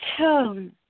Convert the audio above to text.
tone